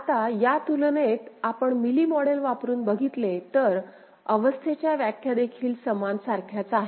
आता या तुलनेत जर आपण मीली मॉडेल वापरुन बघितले तर अवस्थेच्या व्याख्या देखील समान सारख्याच आहेत